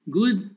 good